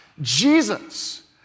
Jesus